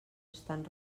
estan